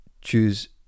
choose